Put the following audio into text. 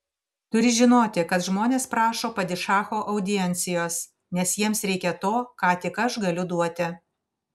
turi žinoti kad žmonės prašo padišacho audiencijos nes jiems reikia to ką tik aš galiu duoti